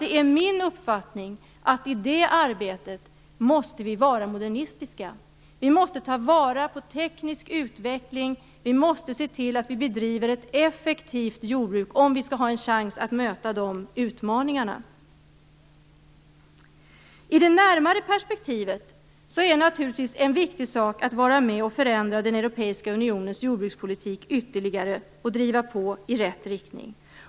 Men jag vill i korthet säga att det är min uppfattning att vi måste vara modernistiska i det arbetet. Vi måste ta vara på teknisk utveckling och se till att vi bedriver ett effektivt jordbruk om vi skall ha en chans att möta dessa utmaningar. I det närmare perspektivet är det naturligtvis en viktig sak att vara med och förändra den europeiska unionens jordbrukspolitik ytterligare och driva på i rätt riktning.